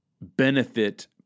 benefit